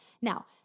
Now